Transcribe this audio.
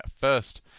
first